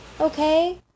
Okay